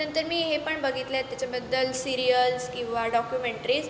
नंतर मी हे पण बघितलं त्याच्याबद्दल सिरियल्स किंवा डॉक्युमेंट्रीज